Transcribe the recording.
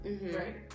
Right